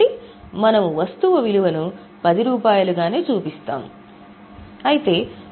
కాబట్టి మనము వస్తువు విలువ ను 10 రూపాయలు గానే చూపిస్తాము